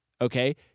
okay